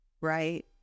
Right